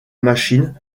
machine